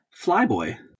Flyboy